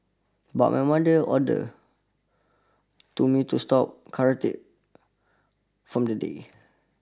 but my mother ordered to me to stop karate from the day